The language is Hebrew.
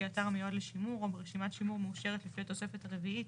כאתר המיועד לשימור או ברשימת שימור מאושרת לפי התוספת הרביעית,